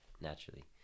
naturally